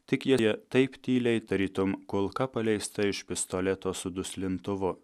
tik jie taip tyliai tarytum kulka paleista iš pistoleto su duslintuvu